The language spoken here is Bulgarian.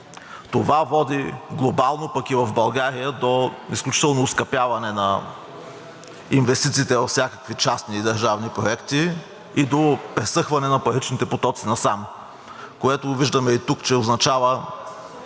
Това води глобално, пък и в България, до изключително оскъпяване на инвестициите във всякакви частни и държавни проекти и до пресъхване на паричните потоци насам, което виждаме и тук, че означава